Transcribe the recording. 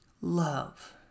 love